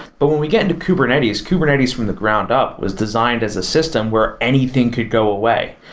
but when we get into kubernetes, kubernetes from the ground up was designed as a system where anything could go away.